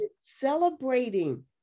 celebrating